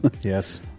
Yes